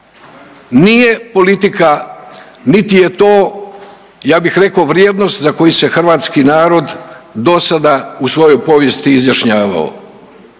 nije politika niti je to ja bih rekao vrijednost za koju se hrvatski narod do sada u svojoj povijesti izjašnjavao.